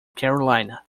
carolina